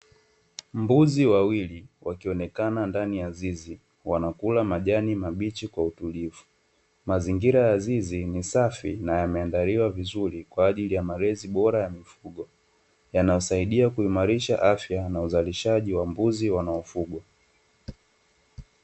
Mbuzi wawili wakionekana ndani ya zizi wanakula majani mabichi kwa utulivu, mazingira ya zizi ni safi na yameandaliwa vizur kwajili ya malezi bora ya mifugo, yanasaidia kuimarisha afya na uzalishaji wa mbuzi wanaofugwa.